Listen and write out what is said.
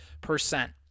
percent